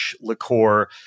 liqueur